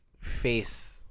face